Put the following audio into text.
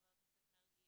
חבר הכנסת מרגי,